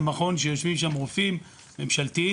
זה מכון שיושבים שם רופאים ממשלתיים